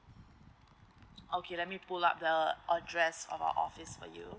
okay let me pull up the address of our office for you